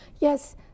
yes